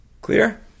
Clear